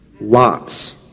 Lots